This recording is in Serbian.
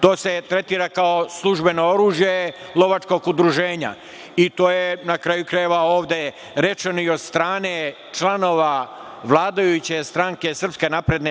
To se tretira kao službeno oružje lovačkog udruženja i to je, na kraju krajeva, ovde rečeno i od strane članova vladajuće stranke, SNS